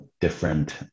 different